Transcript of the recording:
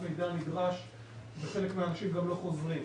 מידע נדרש וחלק מהאנשים גם לא חוזרים.